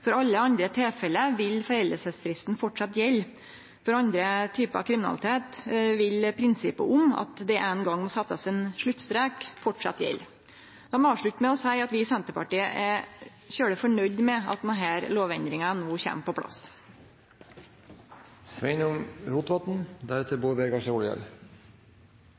For alle andre tilfelle vil foreldingsfristen framleis gjeld. For andre typar kriminalitet vil prinsippet om at det ein gong må bli sett ein sluttstrek, framleis gjelde. Eg vil avslutte med å seie at vi i Senterpartiet er veldig fornøgde med at denne lovendringa no kjem på